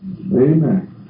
Amen